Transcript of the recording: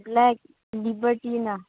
black ꯂꯤꯕꯔꯇꯤꯅ